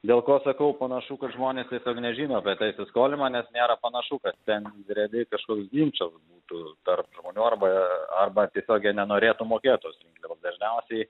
dėl ko sakau panašu kad žmonės tiesiog nežino apie tą įsiskolimą nes nėra panašu kad ten realiai kažkoks ginčas būtų tarp žmonių arba arba tiesiog jie nenorėtų mokėt tos rinkliavos dažniausiai